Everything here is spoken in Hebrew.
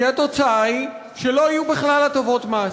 כי התוצאה היא שלא יהיו בכלל הטבות מס.